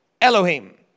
Elohim